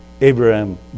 Abraham